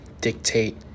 dictate